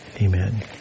Amen